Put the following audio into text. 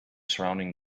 surrounding